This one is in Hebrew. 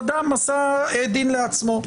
כי כשלא היה לנו את ההליך הפלילי אז אדם עשה דין לעצמו.